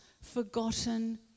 forgotten